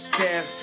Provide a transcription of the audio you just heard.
Step